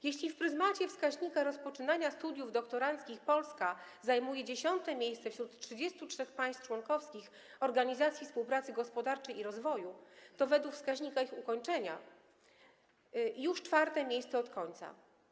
Jeśli w pryzmacie wskaźnika rozpoczynania studiów doktoranckich Polska zajmuje dziesiąte miejsce wśród 33 państw członkowskich Organizacji Współpracy Gospodarczej i Rozwoju, to według wskaźnika ich ukończenia - już czwarte miejsce od końca.